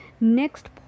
next